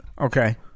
Okay